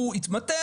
התמתן.